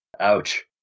Ouch